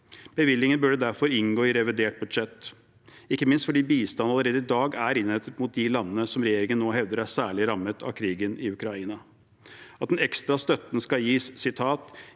Bevilgningen burde derfor inngå i revidert budsjett, ikke minst fordi bistand allerede i dag er innrettet mot de landene som regjeringen nå hevder er særlig rammet av krigen i Ukraina. At den ekstra støtten skal «gis